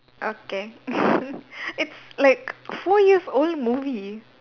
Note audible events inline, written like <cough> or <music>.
okay <laughs> it's like four years old movie